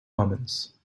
omens